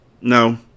No